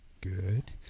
Good